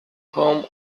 home